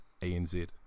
ANZ